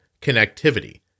Connectivity